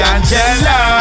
Angela